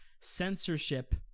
Censorship